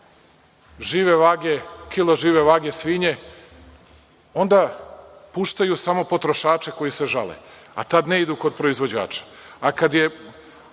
žive vage, kilo žive vage svinje, onda puštaju samo potrošače koji se žale, a tad ne idu kod proizvođača.